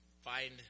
find